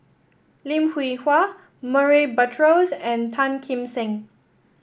Lim Hwee Hua Murray Buttrose and Tan Kim Seng